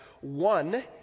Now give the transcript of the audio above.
One